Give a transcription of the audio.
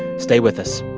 stay with us